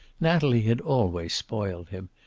natalie had always spoiled him,